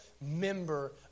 member